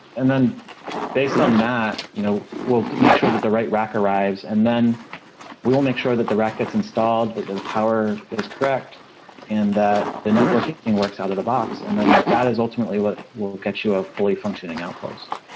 and then based on that, you know we'll make sure that the right rack arrives and then we will make sure that the rack gets installed, that the the power is correct and that the networking works out of the box. and then that is ultimately what will give you a fully functioning outpost.